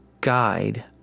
guide